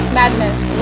madness